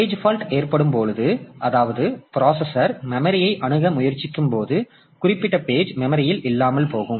page fault ஏற்படும்பொழுது அதாவது processor மெமரியை அணுக முயற்சிக்கும்போது குறிப்பிட்ட பேஜ் மெமரியில் இல்லாமல் போகும்